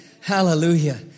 Hallelujah